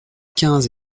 quinze